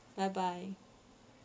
bye bye